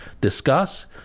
discuss